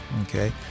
Okay